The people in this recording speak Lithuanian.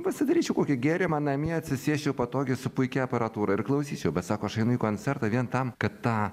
pasidaryčiau kokį gėrimą namie atsisėsčiau patogiai su puikia aparatūra ir klausyčiau bet sako aš einu koncertą vien tam kad tą